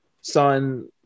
son